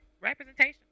representation